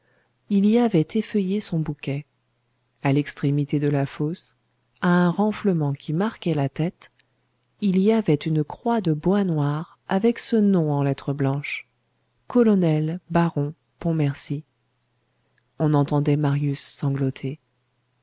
il y avait effeuillé son bouquet à l'extrémité de la fosse à un renflement qui marquait la tête il y avait une croix de bois noir avec ce nom en lettres blanches colonel baron pontmercy on entendait marius sangloter